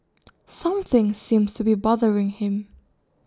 something seems to be bothering him